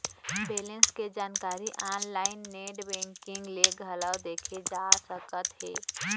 balance के जानकारी online net banking ले घलौ देखे जा सकत हे